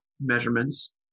measurements